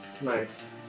Nice